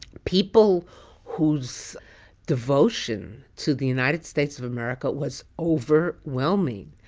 people whose devotion to the united states of america was overwhelming.